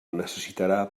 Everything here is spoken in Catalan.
necessitarà